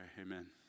Amen